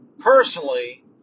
Personally